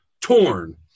Torn